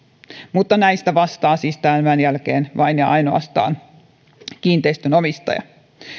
mutta näistä vastaa siis tämän jälkeen vain ja ainoastaan kiinteistön omistaja